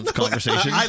conversation